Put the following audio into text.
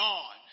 on